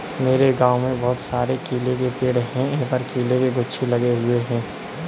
मेरे गांव में बहुत सारे केले के पेड़ हैं इन पर केले के गुच्छे लगे हुए हैं